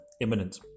imminent